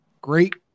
great